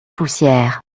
poussière